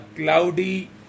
Cloudy